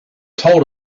told